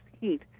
heat